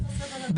באוסטריה.